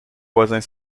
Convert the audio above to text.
voisins